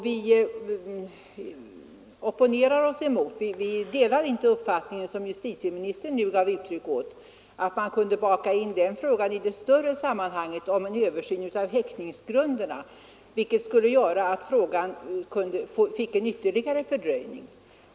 Vi delar inte den uppfattning justitieministern nu gav uttryck åt, nämligen att man kunde baka in den frågan i det större sammanhanget om en översyn av häktningsgrunderna, vilket skulle göra att frågan fick en ytterligare fördröjning.